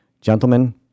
Gentlemen